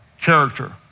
character